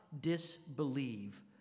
disbelieve